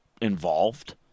involved